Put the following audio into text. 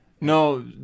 no